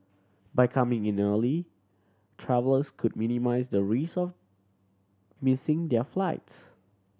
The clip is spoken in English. by coming in early travellers could minimise the risk of missing their flights